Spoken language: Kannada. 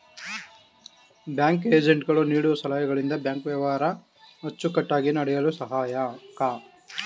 ಬ್ಯಾಂಕ್ ಏಜೆಂಟ್ ಗಳು ನೀಡುವ ಸಲಹೆಗಳಿಂದ ಬ್ಯಾಂಕ್ ವ್ಯವಹಾರ ಅಚ್ಚುಕಟ್ಟಾಗಿ ನಡೆಯಲು ಸಹಾಯಕ